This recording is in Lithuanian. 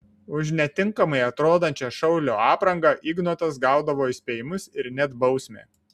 už netinkamai atrodančią šaulio aprangą ignotas gaudavo įspėjimus ir net bausmę